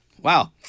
Wow